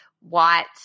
white